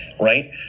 right